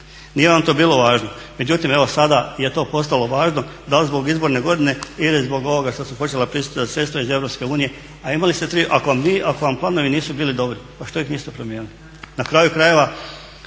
nije vam to bilo važno. Međutim evo sada je postalo važno dal zbog izborne godine ili zbog ovoga što su počela pristizati sredstva iz EU. a ako vam planovi nisu bili dobri pa što ih niste promijenili? Na kraju krajeva